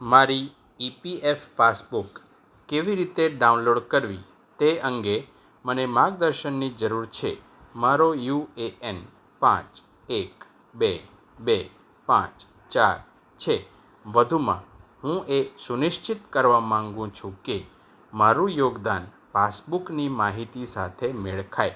મારી EPF passbook કેવી રીતે ડાઉનલોડ કરવી તે અંગે મને માર્ગદર્શનની જરૂર છે મારો યુ એ એન પાંચ એક બે બે પાંચ ચાર છે વધુમાં હું એ સુનિશ્ચિત કરવા માગું છું કે મારું યોગદાન પાસબુકની માહિતી સાથે મળે ખાય